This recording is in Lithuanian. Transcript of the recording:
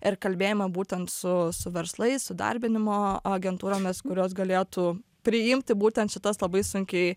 ir kalbėjome būtent su su verslais įdarbinimo agentūromis kurios galėtų priimti būtent šitas labai sunkiai